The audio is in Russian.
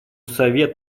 совет